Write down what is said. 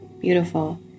beautiful